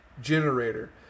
generator